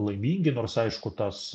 laimingi nors aišku tas